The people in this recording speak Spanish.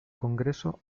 congreso